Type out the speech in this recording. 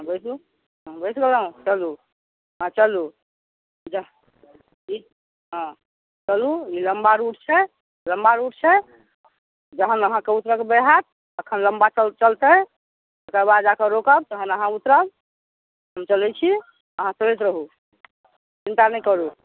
हँ बैसू हँ बैस गेलहुँ चलू हँ चलू जऽ ई हँ चलू ई लम्बा रूट छै लम्बा रूट छै जहन अहाँके उतरऽके बेर हैत अखन लम्बा च चलतै तकरा बाद जाकऽ रोकब तहन अहाँ उतरब हम चलबै छी अहाँ बैस रहू चिन्ता नहि करू